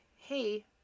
Hey